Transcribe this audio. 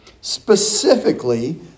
specifically